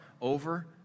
over